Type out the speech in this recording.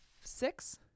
six